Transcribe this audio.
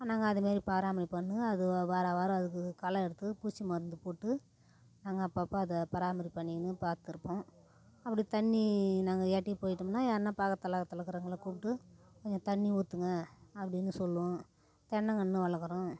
நாங்கள் அது மாதிரி பராமரிப்பு பண்ணி அது வார வாரம் அதுக்குக் களை எடுத்து பூச்சி மருந்து போட்டு நாங்கள் அப்போ அப்போ அதை பராமரிப்பு பண்ணின்னு பார்த்துருப்போம் அப்படி தண்ணி நாங்கள் எட்டி போய்ட்டோம்னால் யாருனா பக்கத்தில் அக்கத்தில் இருக்குறவங்களை கூப்பிட்டு நீங்கள் தண்ணி ஊற்றுங்க அப்படினு சொல்லுவோம் தென்னங்கன்று வளர்க்குறோம்